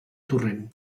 torrent